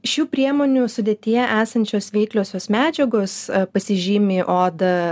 šių priemonių sudėtyje esančios veikliosios medžiagos pasižymi odą